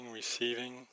receiving